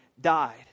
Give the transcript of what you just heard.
died